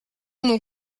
mon